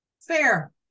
Fair